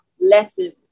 lessons